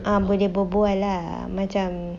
ah boleh berbual lah macam